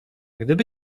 gdyby